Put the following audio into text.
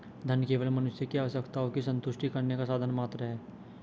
धन केवल मनुष्य की आवश्यकताओं की संतुष्टि करने का साधन मात्र है